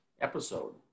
episode